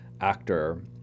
actor